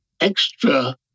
extra